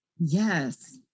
Yes